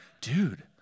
dude